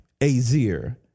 Azir